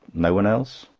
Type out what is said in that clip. no one else.